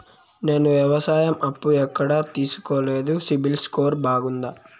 నేను వ్యవసాయం అప్పు ఎక్కడ తీసుకోలేదు, సిబిల్ స్కోరు బాగుందా?